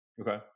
Okay